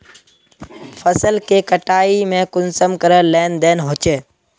फसल के कटाई में कुंसम करे लेन देन होए?